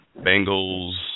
Bengals